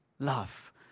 Love